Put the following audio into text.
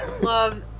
love